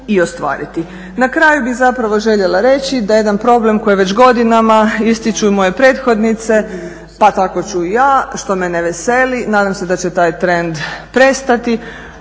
Na kraju bih zapravo željela reći da jedan problem koji je već godinama ističu i moje prethodnice, pa tako ću i ja, što me ne veseli, nadam se da će taj trend prestati,